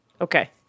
Okay